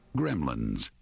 gremlins